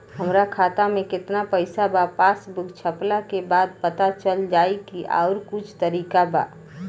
हमरा खाता में केतना पइसा बा पासबुक छपला के बाद पता चल जाई कि आउर कुछ तरिका बा?